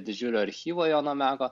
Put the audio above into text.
didžiulio archyvo jono meko